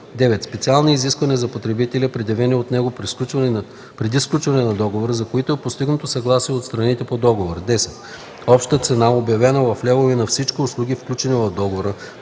9. специални изисквания за потребителя, предявени от него преди сключването на договора, за които е постигнато съгласие от страните по договора; 10. обща цена, обявена в левове, на всички услуги, включени в договора,